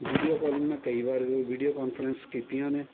video calling ਮੈਂ ਕਈ ਵਾਰ ਵੀਡਿਓ ਕੋਨਫਰੰਸ ਕੀਤੀਆਂ ਨੇ